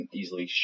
easily